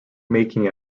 making